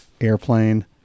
Airplane